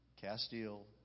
Castile